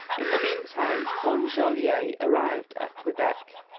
in the meantime, one jolyet arrived at quebec.